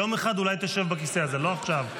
יום אחד אולי תשב בכיסא הזה, לא עכשיו.